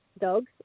dogs